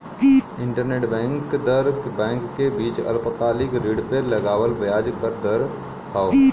interbank दर bank के बीच अल्पकालिक ऋण पे लगावल ब्याज क दर हौ